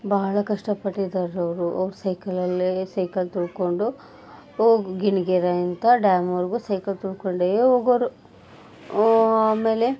ಭಾಳ ಕಷ್ಟಪಟ್ಟಿದ್ದಾರೆ ಅವರು ಅವ್ರು ಸೈಕಲಲ್ಲೇ ಸೈಕಲ್ ತುಳ್ಕೊಂಡು ಹೋಗ್ ಗಿಣಿಗೆರೆಯಿಂದ ಡ್ಯಾಮ್ವರೆಗೂ ಸೈಕಲ್ ತುಳ್ಕೊಂಡೇ ಹೋಗೋರು ಆಮೇಲೆ